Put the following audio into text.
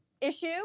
issue